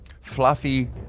fluffy